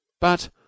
But—